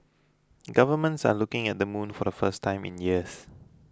governments are looking at the moon for the first time in years